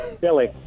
Billy